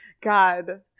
God